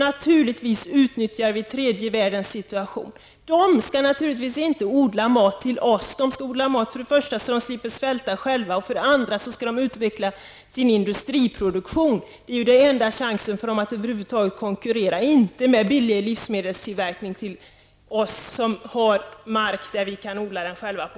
Naturligtvis utnyttjar vi tredje världens situation genom att göra det. Människorna i tredje världens skall naturligtvis inte odla mat till oss. De skall odla mat så att de för det första slipper svälta själva. För det andra skall de utveckla sin industriproduktion. Det är enda chansen för dem att över huvud taget konkurrera. De skall inte konkurrera med billig livsmedelstillverkning åt oss, som själva har mark att odla på.